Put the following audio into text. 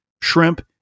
shrimp